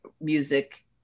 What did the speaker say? music